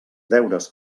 deures